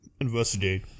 investigate